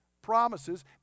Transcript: promises